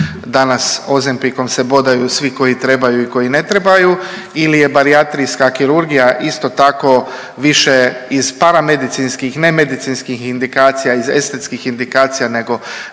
danas Ozembicom se bodaju koji trebaju i koji ne trebaju ili je barijatrijska kirurgija isto tako više iz paramedicinskih, ne medicinskih indikacija iz estetskih indikacija nego